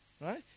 Right